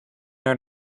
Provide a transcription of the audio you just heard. earn